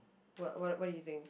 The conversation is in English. what what what do you think